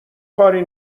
کاری